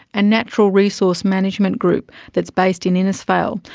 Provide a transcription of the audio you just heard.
a natural resource management group that's based in innisfail,